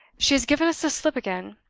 she has given us the slip again.